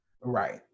right